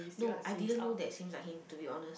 no I didn't know that seems like him to be honest